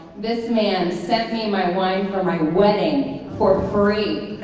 this man sent me my wine for my wedding for free.